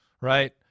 Right